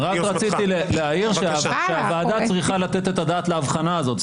רק רציתי להעיר שהוועדה צריכה לתת את הדעת להבחנה הזאת.